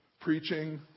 preaching